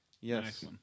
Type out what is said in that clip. Yes